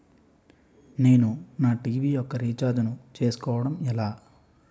నేను నా టీ.వీ యెక్క రీఛార్జ్ ను చేసుకోవడం ఎలా?